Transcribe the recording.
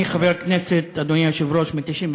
תשמע, אני חבר כנסת, אדוני היושב-ראש, מ-1999,